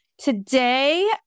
Today